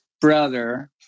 brother